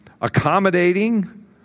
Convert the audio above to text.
accommodating